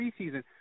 preseason